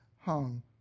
hung